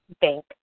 bank